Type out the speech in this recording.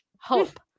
hope